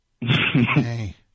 Hey